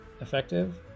effective